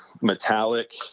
metallic